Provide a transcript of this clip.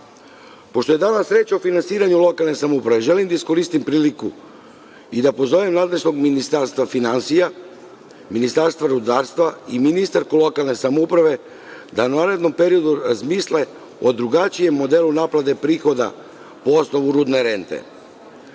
Pošto je danas reč o finansiranju lokalnih samouprava, želim da iskoristim priliku i da pozovem nadležno Ministarstvo finansija, Ministarstvo rudarstva i ministarku lokalne samouprave da u narednom periodu razmisle o drugačijem modelu naplate prihoda po osnovu rudne